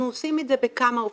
אנחנו עושים את זה בכמה אופנים,